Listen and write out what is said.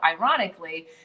ironically